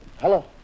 Hello